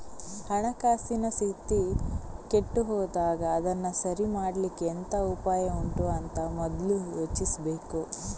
ಹಣಕಾಸಿನ ಸ್ಥಿತಿ ಕೆಟ್ಟು ಹೋದಾಗ ಅದನ್ನ ಸರಿ ಮಾಡ್ಲಿಕ್ಕೆ ಎಂತ ಉಪಾಯ ಉಂಟು ಅಂತ ಮೊದ್ಲು ಯೋಚಿಸ್ಬೇಕು